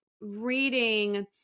reading